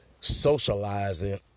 socializing